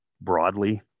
broadly